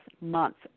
months